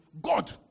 god